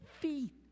feet